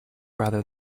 rather